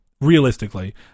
realistically